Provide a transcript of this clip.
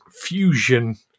fusion